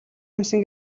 юмсан